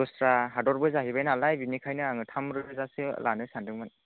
दस्रा हादरबो जाहैबाय नालाय बेनिखायनो आङो थाम रोजासो लानो सानदोंमोन